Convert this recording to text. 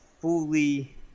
fully